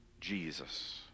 Jesus